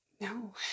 No